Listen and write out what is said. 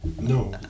No